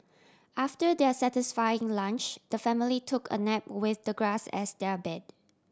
after their satisfying lunch the family took a nap with the grass as their bed